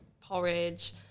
porridge